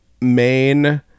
main